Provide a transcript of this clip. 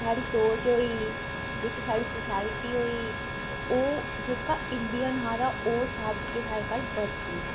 साढ़ी सोच होई गेई जेह्की साढ़ी सोसाइटी होई गेई ओह् जेह्का इंडियन हा तां ओह् सब किश अज्जकल बदली गेदा